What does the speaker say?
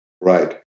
Right